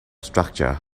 structure